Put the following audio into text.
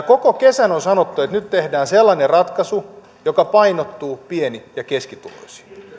koko kesä on sanottu että nyt tehdään sellainen ratkaisu joka painottuu pieni ja